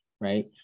right